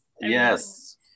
Yes